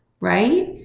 right